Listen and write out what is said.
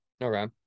okay